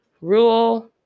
rule